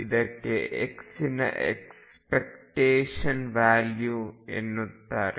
ಇದಕ್ಕೆ x ಇನ expectation value ಎನ್ನುತ್ತಾರೆ